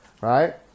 right